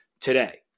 today